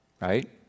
Right